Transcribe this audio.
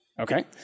Okay